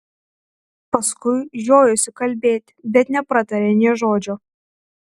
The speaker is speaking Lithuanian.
paskui žiojosi kalbėti bet nepratarė nė žodžio